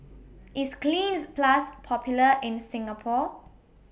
IS Cleanz Plus Popular in Singapore